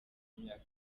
imyaka